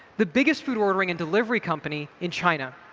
the biggest food ordering and delivery company in china.